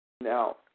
Now